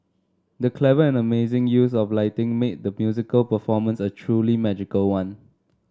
the clever and amazing use of lighting made the musical performance a truly magical one